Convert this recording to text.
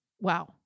Wow